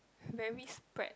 very spread